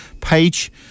page